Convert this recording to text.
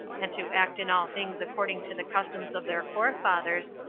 and to act in all things according to the customs of their forefathers,